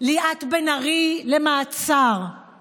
"ליאת בן-ארי למעצר";